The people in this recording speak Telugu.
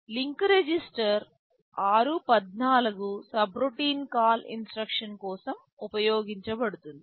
link register r14 subroutine call instruction కోసం ఉపయోగించబడుతుంది